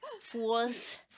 fourth